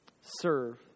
Serve